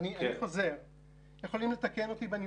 אני לא חולק איתו אחריות.